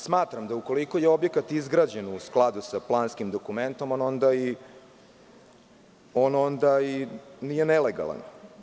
Smatram da ukoliko je objekat izgrađen u skladu sa planskim dokumentom, on onda i nije nelegalan.